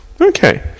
Okay